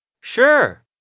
Sure